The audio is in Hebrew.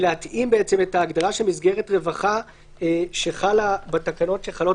להתאים את ההגדרה של מסגרת הרווחה שחלה בתקנות שחלות